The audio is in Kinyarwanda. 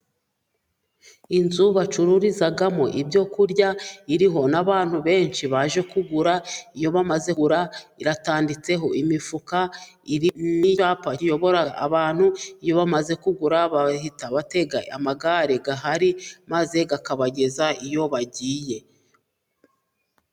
Inzu bacururizamo ibyokurya, iriho n'abantu benshi bajye kugura, iyo bamaze kugura iratanditseho imifuka n'icyapara kiyobora abantu, iyo bamaze kugura bahita batega amagare ahari maze bakakabageza iyo bagiye.